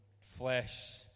flesh